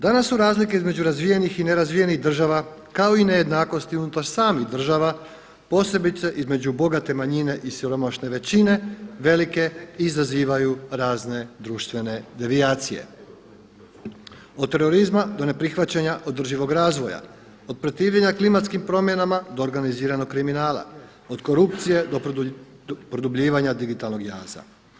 Danas su razlike između razvijenih i nerazvijenih država kao i nejednakost unutar samih država posebice između bogate manjine i siromašne većine velike i izazivaju razne društvene devijacije od terorizma do neprihvaćanja održivog razvoja, od protivljenja klimatskim promjenama do organiziranog kriminala. od korupcije do produbljivanja digitalnog jaza.